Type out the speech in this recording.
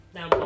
Now